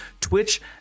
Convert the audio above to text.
Twitch